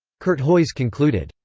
curthoys concluded,